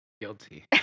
Guilty